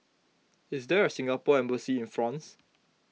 is there a Singapore Embassy in France